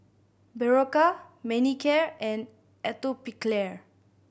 Berocca Manicare and Atopiclair